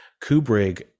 Kubrick